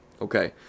Okay